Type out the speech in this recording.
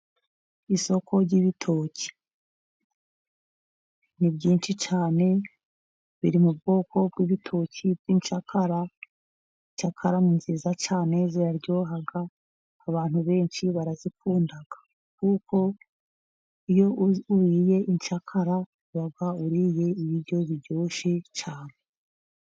Isoko ry'ibitoki, ni byinshi cyane biri mu bwoko bw'ibitoki bw'incakara. Incakara ni nziza cyane ziraryoha, abantu benshi barazikunda, kuko iyo uriye incakara uba uriye ibiryo biryoroshye cyane.